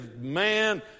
man